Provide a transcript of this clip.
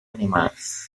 animals